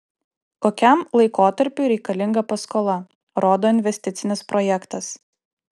kokiam laikotarpiui reikalinga paskola rodo investicinis projektas